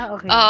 Okay